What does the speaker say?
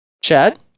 Chad